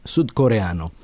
Sudcoreano